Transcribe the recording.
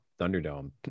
thunderdome